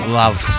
love